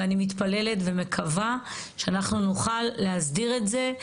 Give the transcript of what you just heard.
ואני מתפללת ומקווה שאנחנו נוכל להסדיר את זה.